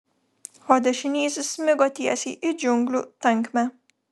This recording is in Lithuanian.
o dešinysis smigo tiesiai į džiunglių tankmę